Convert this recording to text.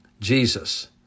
Jesus